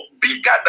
bigger